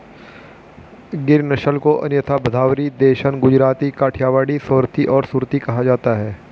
गिर नस्ल को अन्यथा भदावरी, देसन, गुजराती, काठियावाड़ी, सोरथी और सुरती कहा जाता है